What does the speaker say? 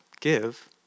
give